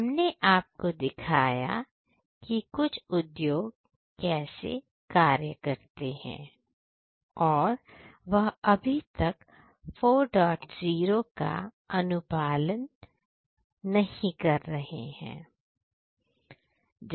हमने आपको दिखाया कि कुछ उद्योग कैसे कार्य करते हैं और वह अभी तक 40 अनुपालन के लिए नहीं है